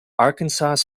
arkansas